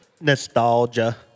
nostalgia